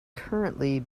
currently